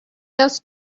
else